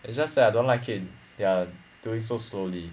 it's just that I don't like it they're doing so slowly